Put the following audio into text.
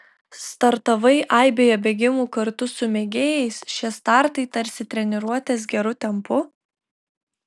startavai aibėje bėgimų kartu su mėgėjais šie startai tarsi treniruotės geru tempu